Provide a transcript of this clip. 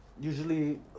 usually